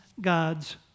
God's